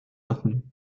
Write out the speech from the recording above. maintenu